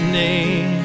name